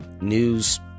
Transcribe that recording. News